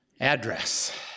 Address